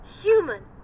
human